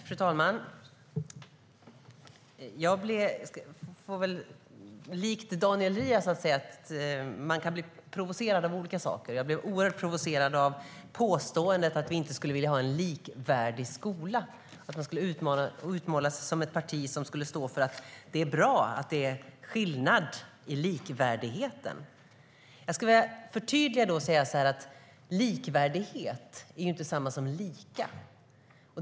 Fru talman! Jag kan likt Daniel Riazat säga att man kan bli provocerad av olika saker. Jag blev oerhört provocerad av påståendet att vi inte skulle vilja ha en likvärdig skola, att vi utmålas som ett parti som står för att det är bra att det är skillnad i likvärdigheten. Låt mig förtydliga och säga att likvärdighet inte är detsamma som lika.